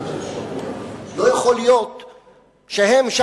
לא יכול להיות שהם,